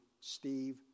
Steve